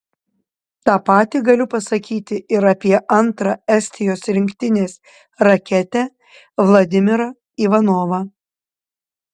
tą patį galiu pasakyti ir apie antrą estijos rinktinės raketę vladimirą ivanovą